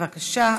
בבקשה.